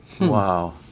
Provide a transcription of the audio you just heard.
Wow